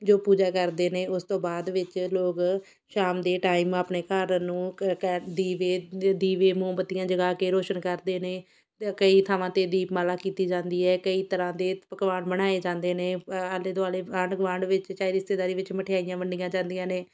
ਜੋ ਪੂਜਾ ਕਰਦੇ ਨੇ ਉਸ ਤੋਂ ਬਾਅਦ ਵਿੱਚ ਲੋਕ ਸ਼ਾਮ ਦੇ ਟਾਈਮ ਆਪਣੇ ਘਰ ਨੂੰ ਕ ਕੈ ਦੀਵੇ ਦ ਦੀਵੇ ਮੋਮਬੱਤੀਆਂ ਜਗਾ ਕੇ ਰੋਸ਼ਨ ਕਰਦੇ ਨੇ ਤ ਕਈ ਥਾਵਾਂ 'ਤੇ ਦੀਪਮਾਲਾ ਕੀਤੀ ਜਾਂਦੀ ਹੈ ਕਈ ਤਰ੍ਹਾਂ ਦੇ ਪਕਵਾਨ ਬਣਾਏ ਜਾਂਦੇ ਨੇ ਆਲੇ ਦੁਆਲੇ ਆਂਢ ਗੁਆਂਢ ਵਿੱਚ ਚਾਹੇ ਰਿਸ਼ਤੇਦਾਰੀ ਵਿੱਚ ਮਠਿਆਈਆਂ ਵੰਡੀਆਂ ਜਾਂਦੀਆਂ ਨੇ